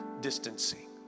distancing